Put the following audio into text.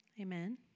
Amen